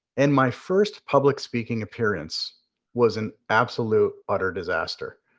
and my first public speaking appearance was an absolute utter disaster.